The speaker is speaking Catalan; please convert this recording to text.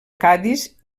cadis